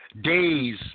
days